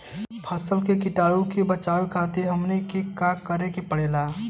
फसल के कीटाणु से बचावे खातिर हमनी के का करे के पड़ेला?